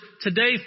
Today